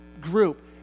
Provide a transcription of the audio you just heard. group